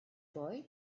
boy